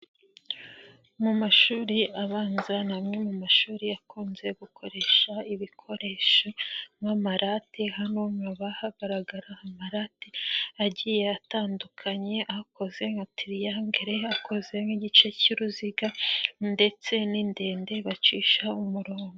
Mu mashuri abanza ni amwe mu mashuri akunze gukoresha ibikoresho nk'amararate, hano hagaragara amarate agiye atandukanye, akoze nka tririnyagre hari akoze nk'igice cy'uruziga ndetse nidende bacisha umurongo.